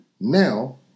Now